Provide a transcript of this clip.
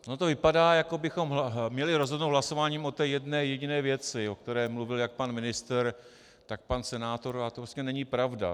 Ono to vypadá, jako bychom měli rozhodnout hlasováním o té jedné jediné věci, o které mluvil jak pan ministr, tak pan senátor, a to prostě není pravda.